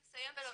בסדר,